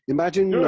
Imagine